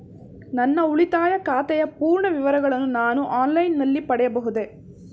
ನನ್ನ ಉಳಿತಾಯ ಖಾತೆಯ ಪೂರ್ಣ ವಿವರಗಳನ್ನು ನಾನು ಆನ್ಲೈನ್ ನಲ್ಲಿ ಪಡೆಯಬಹುದೇ?